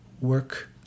work